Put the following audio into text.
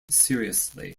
seriously